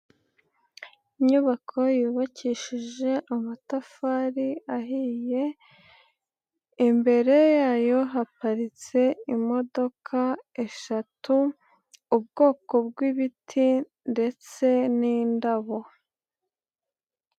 Inyubako yubakishije amatafari ahiye, imbere yayo haparitse imodoka eshatu, ubwoko bw'ibiti ndetse n'indabo.